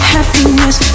Happiness